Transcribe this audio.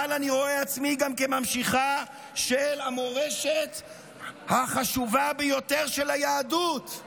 אבל אני רואה עצמי גם כממשיכה של המורשת החשובה ביותר של היהדות,